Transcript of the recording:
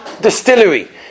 distillery